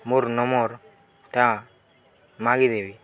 ମୋର୍ ନମ୍ବରଟା ମାଗିଦେବି